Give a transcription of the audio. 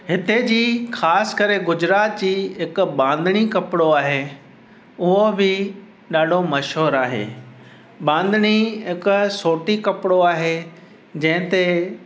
हिते जी ख़ासि करे गुजरात जी हिक बांधणी कपिड़ो आहे अ बि ॾाढो मशहूरु आहे बांधणी हिक सोटी कपिड़ो आहे जंहिंते